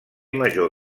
major